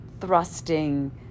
thrusting